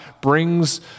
brings